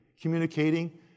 communicating